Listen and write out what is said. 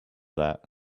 that